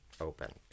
Open